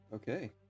Okay